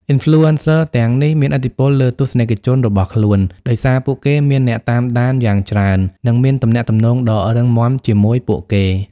Influencers ទាំងនេះមានឥទ្ធិពលលើទស្សនិកជនរបស់ខ្លួន ដោយសារពួកគេមានអ្នកតាមដានយ៉ាងច្រើន និងមានទំនាក់ទំនងដ៏រឹងមាំជាមួយពួកគេ។